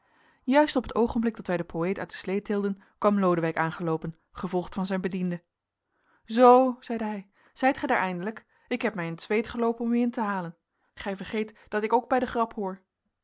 juist op het oogenblik dat wij den poëet uit de slede tilden kwam lodewijk aangeloopen gevolgd van zijn bediende zoo zeide hij zijt gij daar eindelijk ik heb mij in t zweet geloopen om u in te halen gij vergeet dat ik ook bij de grap hoor